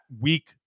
weak